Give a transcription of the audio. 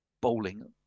bowling